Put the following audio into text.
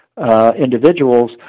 individuals